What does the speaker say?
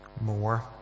more